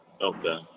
Okay